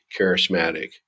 charismatic